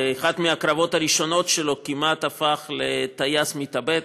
באחד מהקרבות הראשונים שלו כמעט הפך לטייס מתאבד,